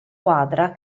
quadra